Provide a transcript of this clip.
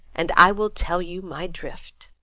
and i will tell you my drift.